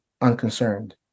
unconcerned